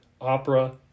opera